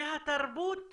מהתרבות